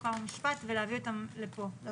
חוקה ומשפט ולהביא אותן לפה.